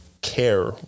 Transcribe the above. care